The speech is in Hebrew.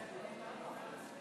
חברי הכנסת,